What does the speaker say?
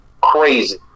crazy